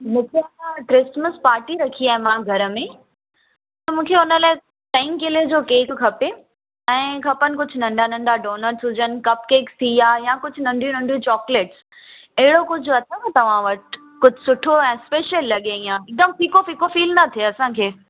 मूंखे अ न क्रिसमस पार्टी रखी आहे मां घर में त मूंखे उन लाइ चईं किले जो केक खपे ऐं खपनि कुझु नंढा नंढा डोनट्स हुजनि कप केक थी विया या कुझु नंढियूं नंढियूं चॉकलेट एड़ो कुझु अथव तव्हां वटि कुझु सुठो ऐं स्पेशल लॻे ईंअ हिकदमि फ़ीको फ़ीको फ़ील न थिए असांखे